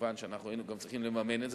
כמובן שאנחנו היינו גם צריכים לממן את זה,